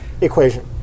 equation